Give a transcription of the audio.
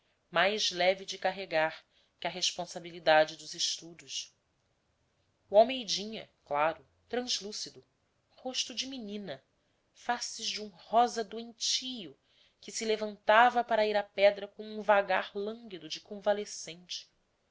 mais leve de carregar que a responsabilidade dos estudos o almeidinha claro translúcido rosto de menina faces de um rosa doentio que se levantava para ir à pedra com um vagar lânguido de convalescente